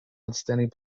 outstanding